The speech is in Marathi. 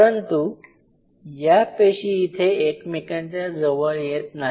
परंतु या पेशी इथे एकमेकांच्या जवळ येत नाही